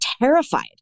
terrified